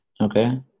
Okay